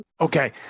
okay